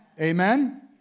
Amen